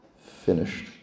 finished